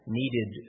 needed